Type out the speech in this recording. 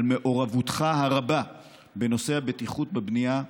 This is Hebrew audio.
על מעורבותך הרבה בנושא הבטיחות בבנייה,